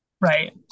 Right